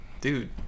dude